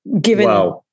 given